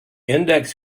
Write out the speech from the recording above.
index